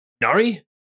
Nari